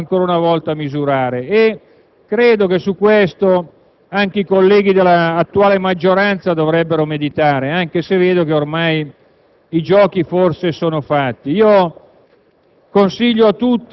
oggi dobbiamo ancora una volta misurarci. Credo che su questo gli stessi colleghi dell'attuale maggioranza dovrebbero meditare, anche se vedo che i giochi sono fatti.